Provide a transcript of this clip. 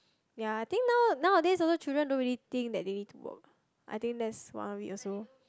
ya I think now nowadays also children don't really think that they need to work I think that's one of it also